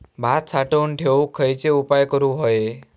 भात साठवून ठेवूक खयचे उपाय करूक व्हये?